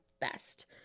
best